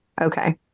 Okay